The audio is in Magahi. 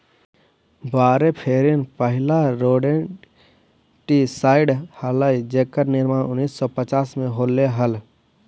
वारफेरिन पहिला रोडेंटिसाइड हलाई जेकर निर्माण उन्नीस सौ पच्चास में होले हलाई